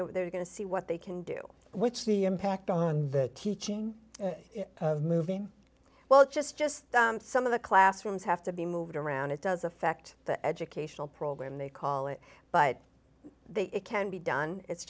and they're going to see what they can do which the impact on the teaching of moving well just just some of the classrooms have to be moved around it does affect the educational program they call it but they it can be done it's